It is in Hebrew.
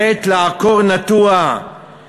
עת לעקור נטוע,